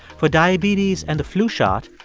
for diabetes and the flu shot,